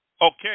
Okay